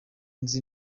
nzi